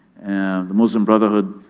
and the muslim brotherhood